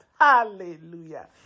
Hallelujah